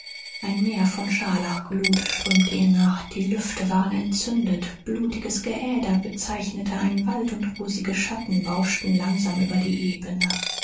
ein meer von scharlachglut strömte ihr nach die lüfte waren entzündet blutiges geäder bezeichnete einen wald und rosige schatten bauschten langsam über die ebene